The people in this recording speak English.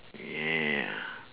yeah